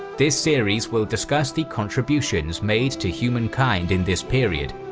this series will discuss the contributions made to humankind in this period,